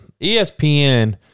ESPN